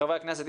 חברי הכנסת,